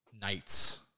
knights